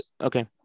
Okay